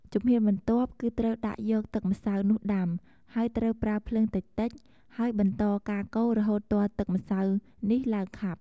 ជំហានបន្ទាប់ គឺត្រូវដាក់យកទឹកម្សៅនោះដាំ ហើយត្រូវប្រើភ្លើងតិចៗ ហើយបន្តការកូររហូតទាល់ទឹកម្សៅនេះឡើងខាប់។